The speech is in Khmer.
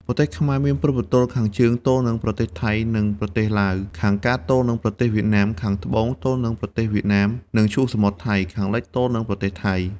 ប្រទេសខ្មែរមានព្រំប្រទល់ខាងជើងទល់នឹងប្រទេសថៃ និងប្រទេសឡាវ ខាងកើតទល់នឹងប្រទេសវៀតណាម ខាងត្បូងទល់នឹងប្រទេសវៀតណាម និងឈូងសមុទ្រថៃ ខាងលិចទល់នឹងប្រទេសថៃ ។